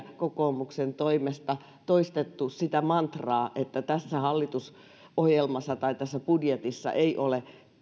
kokoomuksen toimesta toistettu sitä mantraa että tässä hallitusohjelmassa tai tässä budjetissa ei ole